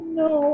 no